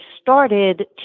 started